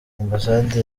ambasade